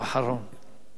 אדוני היושב-ראש,